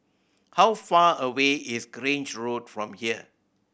how far away is Grange Road from here